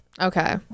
okay